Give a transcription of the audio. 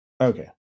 Okay